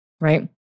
right